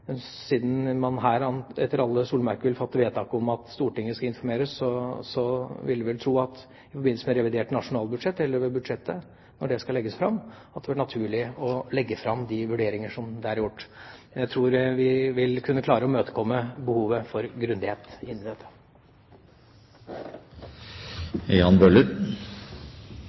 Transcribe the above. Siden man her etter alle solemerker vil fatte vedtak om at Stortinget skal informeres, vil jeg vel tro at det vil være naturlig i forbindelse med revidert nasjonalbudsjett eller når budsjettet legges fram, å legge fram de vurderinger som der er gjort. Jeg tror vi vil kunne klare å imøtekomme behovet for grundighet inn i